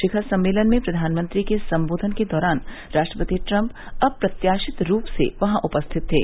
शिखर सम्मेलन में प्रधानमंत्री के सम्बोधन के दौरान राष्ट्रपति ट्रम्प अप्रत्याशित रूप से वहां उपस्थित थे